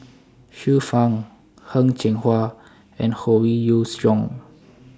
Xiu Fang Heng Cheng Hwa and Howe Yoon Chong